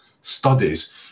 studies